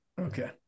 Okay